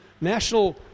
national